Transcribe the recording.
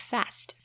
Fast